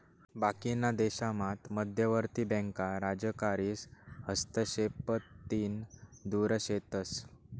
बाकीना देशामात मध्यवर्ती बँका राजकारीस हस्तक्षेपतीन दुर शेतस